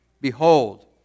Behold